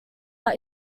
out